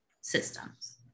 systems